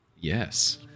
Yes